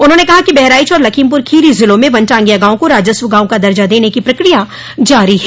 उन्होंने कहा कि बहराइच और लखीमपुरखीरी जिलों में वनटागिया गाँव को राजस्व गाँव का दर्जा देने की प्रक्रिया जारी है